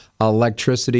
electricity